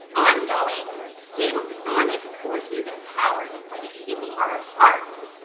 ongoing, symphonic forces and powers of which people are a part,